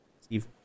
Steve